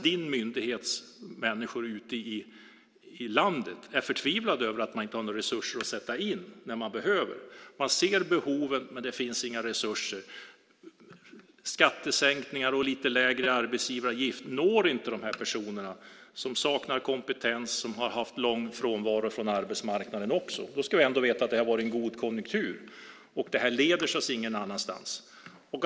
Din myndighets människor ute i landet är förtvivlade över att de inte har resurser att sätta in när det behövs. Man ser behoven, men det finns inga resurser. Skattesänkningar och lite lägre arbetsgivaravgift når inte de personer som saknar kompetens och har haft lång frånvaro från arbetsmarknaden. Då ska vi ändå veta att det har varit en god konjunktur. Detta leder ingenstans.